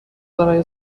برای